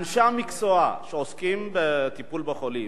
אנשי המקצוע שעוסקים בטיפול בחולים,